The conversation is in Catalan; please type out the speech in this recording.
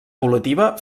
evolutiva